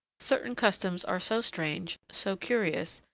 certain customs are so strange, so curious,